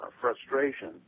frustration